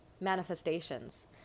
manifestations